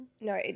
No